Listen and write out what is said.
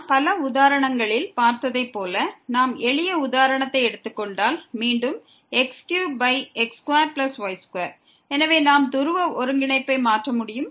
நாம் பல உதாரணங்களில் பார்த்ததைப் போல நாம் எளிய உதாரணத்தை எடுத்துக்கொண்டால் மீண்டும் x3x2y2 எனவே நாம் துருவ ஒருங்கிணைப்பை மாற்ற முடியும்